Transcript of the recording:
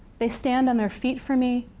they stand on their feet for me,